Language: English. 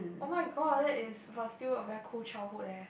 oh-my-god that is but still a very cool childhood eh